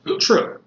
true